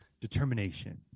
determination